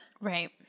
Right